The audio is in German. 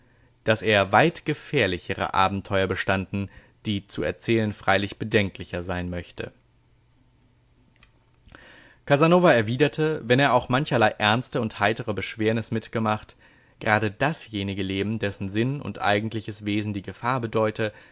daß er weit gefährlichere abenteuer bestanden die zu erzählen freilich bedenklicher sein möchte casanova erwiderte wenn er auch mancherlei ernste und heitere beschwernis mitgemacht gerade dasjenige leben dessen sinn und eigentliches wesen die gefahr bedeute